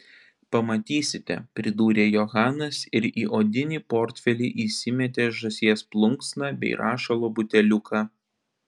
pamatysite pridūrė johanas ir į odinį portfelį įsimetė žąsies plunksną bei rašalo buteliuką